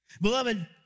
Beloved